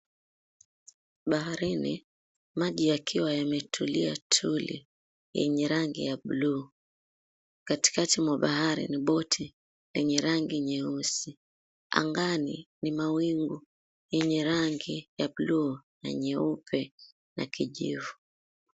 Baharini, maji yakiwa yametulia tuli, yenye rangi ya bluu. Katikati mwa bahari ni boti lenye rangi nyeusi. Angani ni mawingu yenye rangi ya bluu na nyeupe na kijivu.